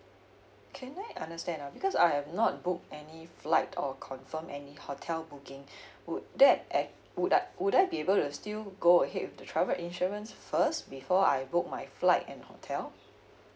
can I understand ah because I've not book any flight or confirm any hotel booking would that aff~ would I would I be able to still go ahead with the travel insurance first before I book my flight and hotel